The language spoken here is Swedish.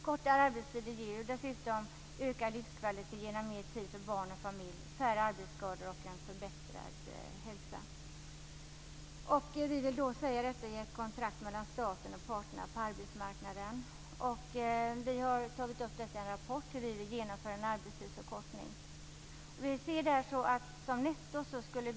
Kortare arbetstider ger dessutom ökad livskvalitet genom mer tid för barn och familj, färre arbetsskador och en förbättrad hälsa. Vi i Miljöpartiet vill säga detta i ett kontrakt mellan staten och parterna på arbetsmarknaden. Vi har i en rapport tagit upp hur vi vill genomföra en arbetstidsförkortning.